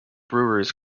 breweries